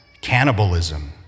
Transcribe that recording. cannibalism